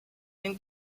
den